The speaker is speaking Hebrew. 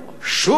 שוב עלינו?